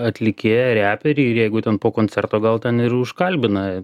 atlikėją reperį ir jeigu ten po koncerto gal ten ir užkalbina